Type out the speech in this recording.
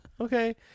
Okay